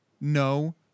no